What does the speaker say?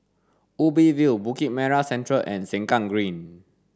Ubi View Bukit Merah Central and Sengkang Green